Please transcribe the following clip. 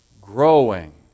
Growing